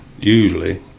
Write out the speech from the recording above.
usually